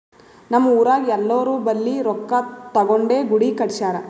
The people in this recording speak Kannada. ನಮ್ ಊರಾಗ್ ಎಲ್ಲೋರ್ ಬಲ್ಲಿ ರೊಕ್ಕಾ ತಗೊಂಡೇ ಗುಡಿ ಕಟ್ಸ್ಯಾರ್